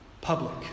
public